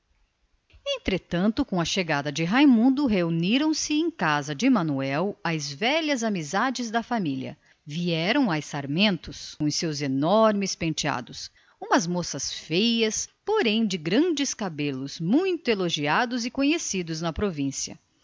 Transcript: entretanto com a chegada de raimundo reuniram-se em casa de manuel as velhas amizades da família vieram as sarmentos com os seus enormes penteados moças feias mas de grandes cabelos muito elogiados e conhecidos na província